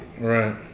Right